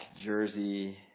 jersey